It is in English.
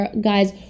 guys